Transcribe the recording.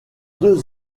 deux